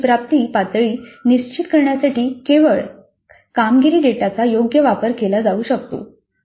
तर सीओची प्राप्ती पातळी निश्चित करण्यासाठी केवळ कामगिरी डेटाचा योग्य वापर केला जाऊ शकतो